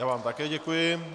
Já vám také děkuji.